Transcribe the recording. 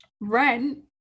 rent